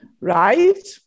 right